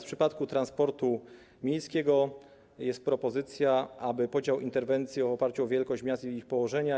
W przypadku transportu miejskiego jest propozycja, aby podział interwencji następował w oparciu o wielkość miast i ich położenie.